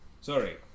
sorry